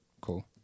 cool